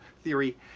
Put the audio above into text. theory